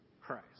Christ